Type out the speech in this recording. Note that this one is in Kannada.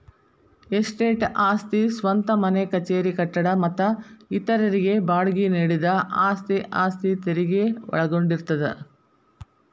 ಎಸ್ಟೇಟ್ ಆಸ್ತಿ ಸ್ವಂತ ಮನೆ ಕಚೇರಿ ಕಟ್ಟಡ ಮತ್ತ ಇತರರಿಗೆ ಬಾಡ್ಗಿ ನೇಡಿದ ಆಸ್ತಿ ಆಸ್ತಿ ತೆರಗಿ ಒಳಗೊಂಡಿರ್ತದ